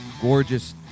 gorgeous